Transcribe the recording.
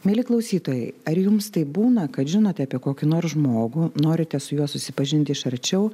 mieli klausytojai ar jums taip būna kad žinote apie kokį nors žmogų norite su juo susipažinti iš arčiau